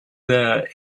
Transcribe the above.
there